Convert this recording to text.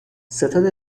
ستاد